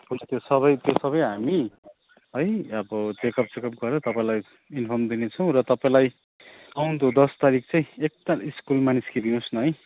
उसको त्यो सबै त्यो सबै हामी है अब चेक अप सेकप गरेर तपाईँलाई इन्फर्म दिनेछौँ र तपाईँलाई आउँदो दस तारिक चाहिँ एकताल स्कुलमा निक्लिदिनुहोस् न है